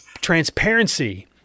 Transparency